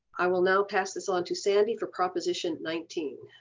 i will now pass this on to sandy for proposition nineteen.